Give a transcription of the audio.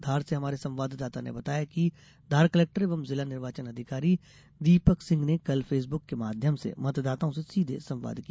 धार से हमारे संवाददाता ने बताया कि धार कलेक्टर एवं जिला निर्वाचन अधिकारी दीपक सिंह ने कल फेसबुक के माध्यम से मतदाताओं से सीधे संवाद किया